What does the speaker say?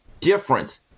difference